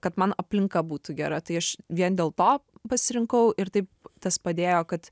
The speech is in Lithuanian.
kad man aplinka būtų gera tai aš vien dėl to pasirinkau ir taip tas padėjo kad